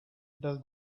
does